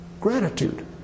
gratitude